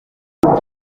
kuri